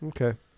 Okay